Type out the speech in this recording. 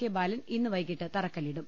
K Balan ഇന്ന് വൈകീട്ട് തറക്കല്ലിടും